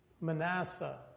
Manasseh